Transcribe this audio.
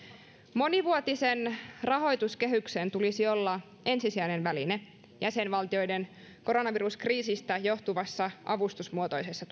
monivuotisen rahoituskehyksen tulisi olla ensisijainen väline jäsenvaltioiden koronaviruskriisistä johtuvassa avustusmuotoisessa